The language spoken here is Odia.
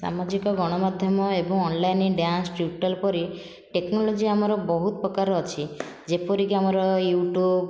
ସାମାଜିକ ଗଣମାଧ୍ୟମ ଏବଂ ଅନଲାଇନ୍ ଡ୍ୟାନ୍ସ ଟ୍ୟୁଟୋରିଆଲ୍ ପରି ଟେକ୍ନୋଲୋଜି ଆମର ବହୁତ ପ୍ରକାର ଅଛି ଯେପରିକି ଆମର ୟୁଟ୍ୟୁବ